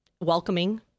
welcoming